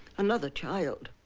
another child.